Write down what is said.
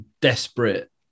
desperate